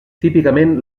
típicament